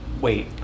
wait